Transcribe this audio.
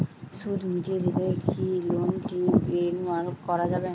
সুদ মিটিয়ে দিলে কি লোনটি রেনুয়াল করাযাবে?